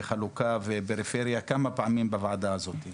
חלוקה ופריפריה כמה פעמים בוועדה הזאת.